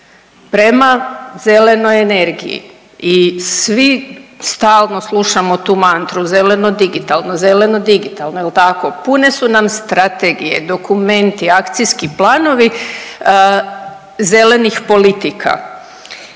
prema zelenoj energiji i svi stalno slušamo tu mantru zeleno digitalno, zeleno digitalno jel tako, pune su nam strategije, dokumenti, akcijski planovi zelenih politika